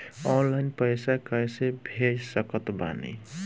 Online पैसा कैसे भेज सकत बानी?